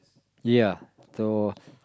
ya so